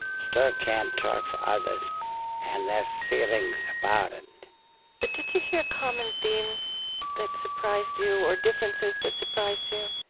still can't talk for others and their feelings about it and but did you hear common themes that surprised you or differences that surprised you?